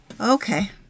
Okay